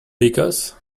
because